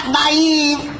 naive